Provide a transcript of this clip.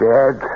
Dead